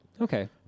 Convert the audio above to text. Okay